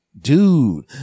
Dude